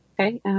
Okay